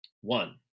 One